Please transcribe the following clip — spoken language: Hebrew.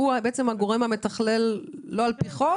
שהוא הגורם המתכלל, לא על פי חוק?